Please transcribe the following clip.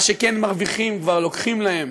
ומה שכן מרוויחים כבר לוקחות להם